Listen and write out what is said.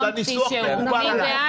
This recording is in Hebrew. מאה אחוז, הניסוח מקובל עליי.